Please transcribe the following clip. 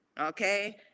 Okay